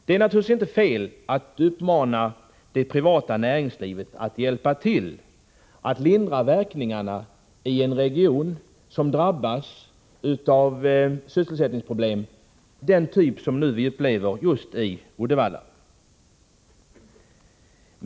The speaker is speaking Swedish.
Det är naturligtvis inte fel att uppmana det privata näringslivet att hjälpa till att lindra verkningarna i en region som drabbas av sysselsättningsproblem av den typ som man just nu har i Uddevalla.